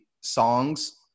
songs